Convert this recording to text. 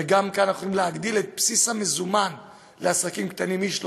וגם כאן אנחנו יכולים להגדיל את בסיס המזומן לעסקים קטנים מ-3